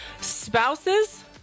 Spouses